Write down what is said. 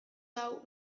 hau